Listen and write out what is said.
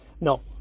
No